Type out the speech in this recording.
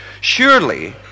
Surely